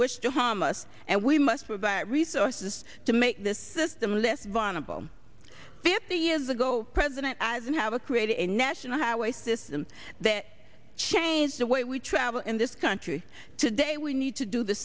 wish to harm us and we must without resources to make this system less vulnerable fifty years ago president eisenhower created a national highway system that changed the way we travel in this country today we need to do the